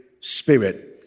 spirit